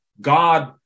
God